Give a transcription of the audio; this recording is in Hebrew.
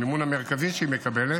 המימון המרכזי שהיא מקבלת,